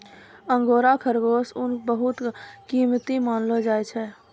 angora खरगोश के ऊन बहुत कीमती मानलो जाय छै